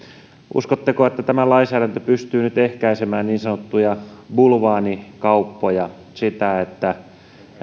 uskotteko että tämä lainsäädäntö pystyy nyt ehkäisemään niin sanottuja bulvaanikauppoja sitä että